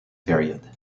period